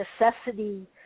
necessity